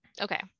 okay